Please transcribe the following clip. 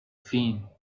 فین